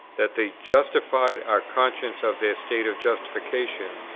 that the justified are conscious of their state of justification,